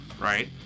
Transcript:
Right